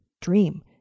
dream